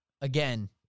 again